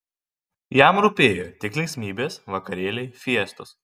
jam rūpėjo tik linksmybės vakarėliai fiestos